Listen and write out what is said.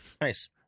Nice